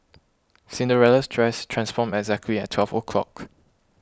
Cinderella's dress transformed exactly at twelve o'clock